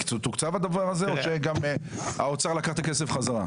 תוקצב הדבר הזה או שגם האוצר לקח את הכסף בחזרה?